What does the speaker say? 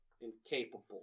incapable